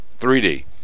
3D